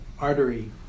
artery